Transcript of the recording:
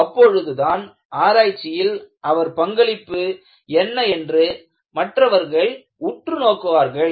அப்பொழுதுதான் ஆராய்ச்சியில் அவர் பங்களிப்பு என்ன என்று மற்றவர்கள் உற்று நோக்குவார்கள்